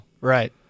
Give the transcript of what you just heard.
Right